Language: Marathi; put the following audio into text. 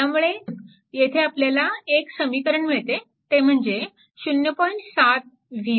त्यामुळे येथे आपल्याला एक समीकरण मिळते ते म्हणजे 0